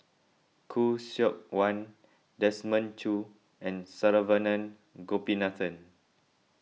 Khoo Seok Wan Desmond Choo and Saravanan Gopinathan